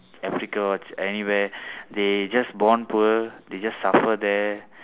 africa anywhere they just born poor they just suffer there